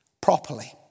properly